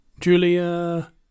Julia